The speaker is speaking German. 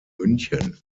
münchen